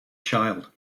child